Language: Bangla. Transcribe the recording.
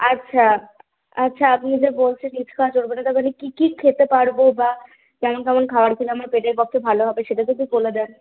আচ্ছা আচ্ছা আপনি যে বলছেন রিচ খাওয়া চলবে না তাহলে কী কী খেতে পারব বা কেমন কেমন খাওয়ার খেলে আমার পেটের পক্ষে ভালো হবে সেটা যদি বলে দেন